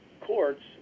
courts